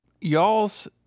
Y'all's